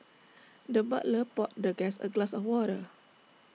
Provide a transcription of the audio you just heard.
the butler poured the guest A glass of water